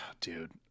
dude